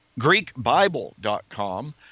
greekbible.com